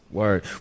Word